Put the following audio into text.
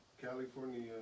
california